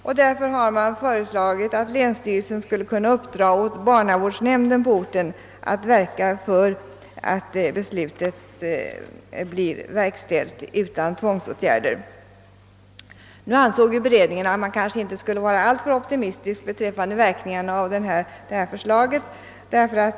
Man har därför föreslagit att länsstyrelsen skulle kunna uppdra åt barnavårdsnämnden på orten att verka för att beslutet blir verkställt utan tvångsåtgärder. Beredningen ansåg att man inte skulle vara alltför optimistisk beträffande verkningarna av. detta förslag.